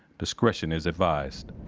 discretion is advised